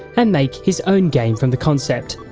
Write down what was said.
and make his own game from the concept.